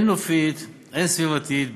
הן נופית הן סביבתית,